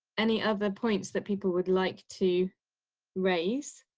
any other points that people would like to raise.